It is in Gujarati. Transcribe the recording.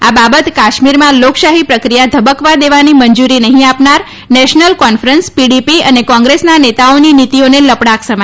આ બાબત કાશ્મીરમાં લોકશાહી પ્રક્રિયા ધબકવા દેવાની મંજુરી નહીં આપનાર નેશનલ કોન્ફરન્સ પીડીપી અને કોંગ્રેસના નેતાઓની નીતિઓને લપડાક સમાન છે